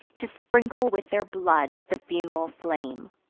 to sprinkle with their blood the fun'ral flame.